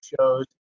shows